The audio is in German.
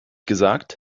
gesagt